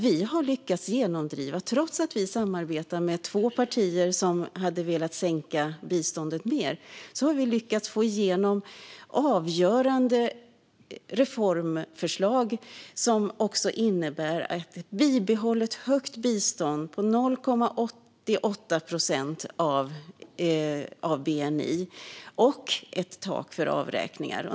Trots att vi i Kristdemokraterna samarbetar med två partier som hade velat sänka biståndet mer har vi lyckats få igenom avgörande reformförslag som innebär ett bibehållet högt bistånd på 0,88 procent av bni och ett tak för avräkningar.